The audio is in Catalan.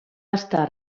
estar